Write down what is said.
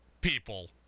people